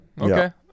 Okay